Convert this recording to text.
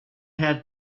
had